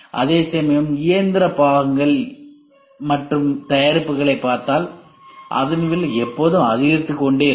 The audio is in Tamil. அதேசமயம் இயந்திர பாகங்கள் இயந்திர பாகங்கள் மற்றும் தயாரிப்புகளைப் பார்த்தால் அதன் விலை எப்போதும் அதிகரித்துக் கொண்டே இருக்கும்